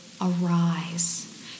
arise